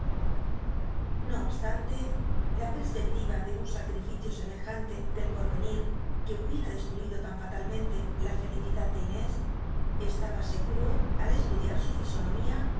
o obstante la perspectiva de un sacrificio semejante del pot cnir que hubiera destruido tan fatalmento la felicidad de inés estaba seguro al estudiar su fisonomía